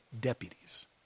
deputies